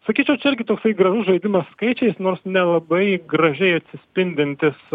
sakyčiau čia irgi toksai gražus žaidimas skaičiais nors nelabai gražiai atsispindintis